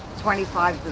twenty five